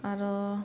आओर